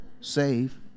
save